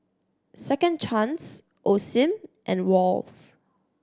Second Chance Osim and Wall's